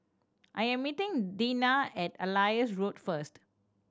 I am meeting Dinah at Ellis Road first